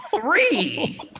Three